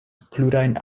plurajn